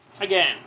again